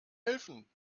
helfen